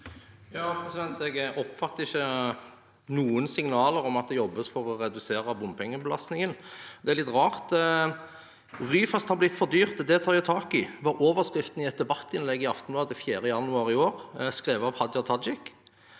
Jeg oppfatter ikke noen signaler om at det jobbes for å redusere bompengebelastningen. Det er litt rart. «Ryfast har blitt for dyrt, og det tar jeg tak i.» Det var overskriften i et debattinnlegg i Aftenbladet 4. januar i år skrevet av Hadia Tajik.